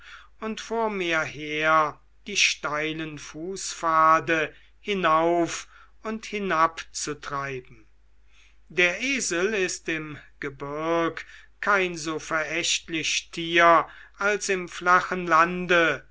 und vor mir her die steilen fußpfade hinauf und hinab zu treiben der esel ist im gebirg kein so verächtlich tier als im flachen lande